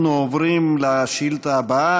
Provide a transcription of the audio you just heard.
אנחנו עוברים לשאילתה הבאה.